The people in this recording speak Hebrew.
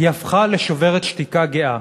היא הפכה לשוברת שתיקה גאה.